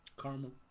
caramel,